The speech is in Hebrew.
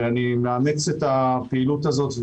ואני מאמץ את הפעילות הזאת,